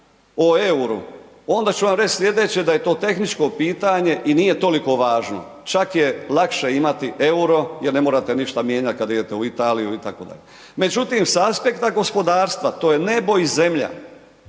o euru, onda ću vam reći slijedeće da je to tehničko pitanje i nije toliko važno, čak je lakše imati euro jer ne morate ništa mijenjati kad idete u Italiju itd. Međutim sa aspekta gospodarstva, to je nebo i zemlja,